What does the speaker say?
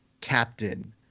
captain